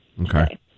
Okay